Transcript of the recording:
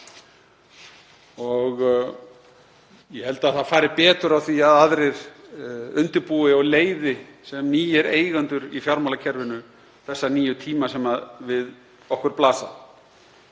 Ég held að það fari betur á því að aðrir undirbúi og leiði, sem nýir eigendur í fjármálakerfinu, þessa nýju tíma sem við okkur blasa,